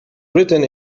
written